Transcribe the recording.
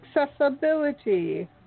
accessibility